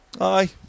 Aye